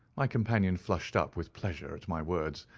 my companion flushed up with pleasure at my words,